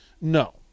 No